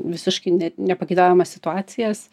visiškai net nepageidaujamas situacijas